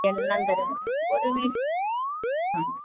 എണ്ണം തരാം ഒരു മീ ആ